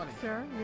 sir